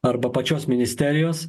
arba pačios ministerijos